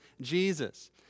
Jesus